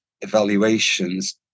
evaluations